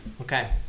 Okay